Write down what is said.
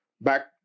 Back